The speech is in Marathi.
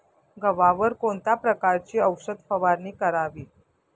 गव्हावर कोणत्या प्रकारची औषध फवारणी करावी?